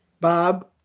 Bob